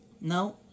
No